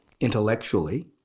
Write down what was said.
intellectually